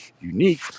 unique